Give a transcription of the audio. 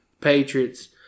Patriots